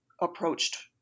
approached